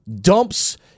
dumps